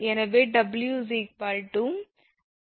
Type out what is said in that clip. எனவே 𝑊 0